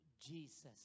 Jesus